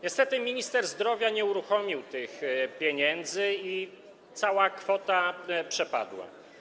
Niestety minister zdrowia nie uruchomił tych pieniędzy i cała kwota przepadła.